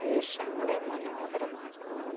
വേഷങ്ങളെ മനോഹരമാക്കുന്നത്